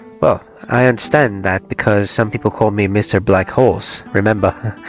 but i understand that, because some people call me mr black horse remember?